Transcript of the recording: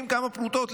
הם צריכים כמה פרוטות,